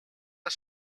are